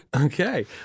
Okay